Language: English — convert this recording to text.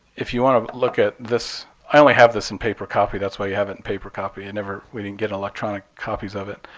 if you want to look at this i only have this in paper copy. that's why you have it in paper copy. and we didn't get electronic copies of it.